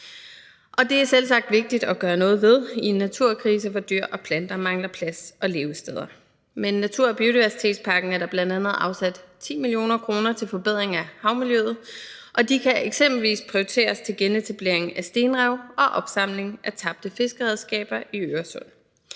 Det er selvsagt vigtigt at gøre noget ved i en naturkrise, hvor dyr og planter mangler plads og levesteder. Med natur- og biodiversitetspakken er der bl.a. afsat 10 mio. kr. til forbedring af havmiljøet, og de kan eksempelvis prioriteres til genetablering af stenrev og opsamling af tabte fiskeredskaber i Øresund.